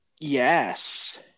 yes